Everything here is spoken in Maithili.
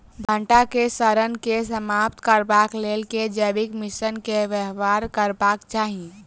भंटा केँ सड़न केँ समाप्त करबाक लेल केँ जैविक मिश्रण केँ व्यवहार करबाक चाहि?